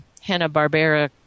Hanna-Barbera